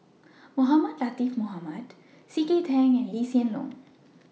Mohamed Latiff Mohamed C K Tang and Lee Hsien Loong